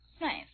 Nice